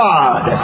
God